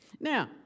Now